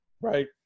right